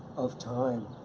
of time.